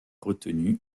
retenu